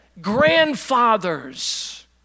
grandfathers